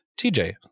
TJ